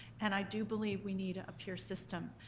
and i do believe we need a peer system.